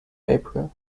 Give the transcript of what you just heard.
april